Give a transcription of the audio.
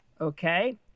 Okay